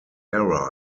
area